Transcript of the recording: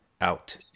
Out